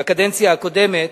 בקדנציה הקודמת,